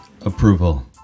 approval